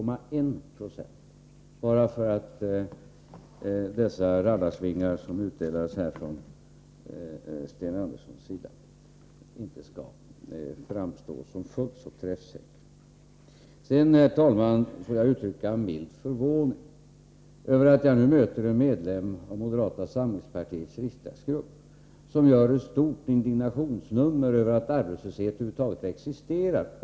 — Jag har velat säga detta för att de rallarsvingar Sten Andersson här utdelade inte skall framstå som fullt så träffsäkra. Sedan, herr talman, får jag uttrycka en mild förvåning över att jag nu möter en medlem av moderata samlingspartiets riksdagsgrupp som gör ett stort indignationsnummer av att arbetslösheten över huvud taget existerar.